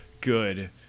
good